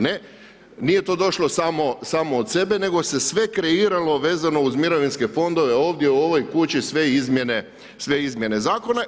Nije to došlo samo od sebe nego se sve kreiralo vezano uz mirovinske fondove ovdje u ovoj kući sve izmjene zakona.